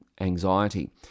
anxiety